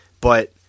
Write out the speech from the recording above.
But-